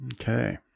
Okay